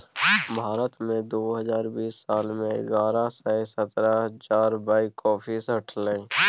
भारत मे दु हजार बीस साल मे एगारह सय सत्तर हजार बैग कॉफी सठलै